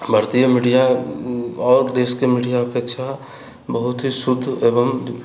भारतीय मीडिआ आओर देशके मीडिआके अपेक्षा बहुत ही शुद्ध एवं